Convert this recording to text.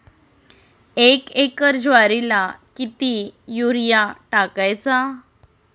एक एकर ज्वारीला किती युरिया टाकायचा?